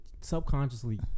subconsciously